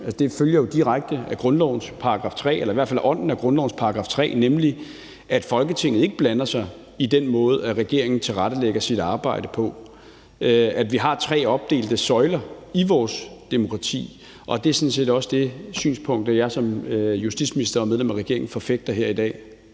det følger jo direkte af grundlovens § 3, eller i hvert fald ånden af grundlovens § 3, nemlig at Folketinget ikke blander sig i den måde, regeringen tilrettelægger sit arbejde på, og at vi har tre opdelte søjler i vores demokrati. Det er sådan set også det synspunkt, jeg som justitsminister og medlem af regeringen forfægter her i dag.